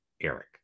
Eric